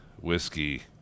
whiskey